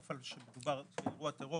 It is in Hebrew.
אף על פי שמדובר באירוע טרור,